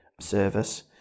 service